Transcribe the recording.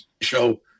show